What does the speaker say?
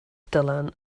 dylan